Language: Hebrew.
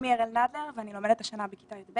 שמי אראל נדלר ואני לומדת השנה בכיתה י"ב